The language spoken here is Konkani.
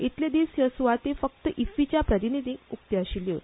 इतले दीस हयो सुवाती फकत इफ्फीच्या प्रतिनिधींक उक्त्यो आशिल्ल्यो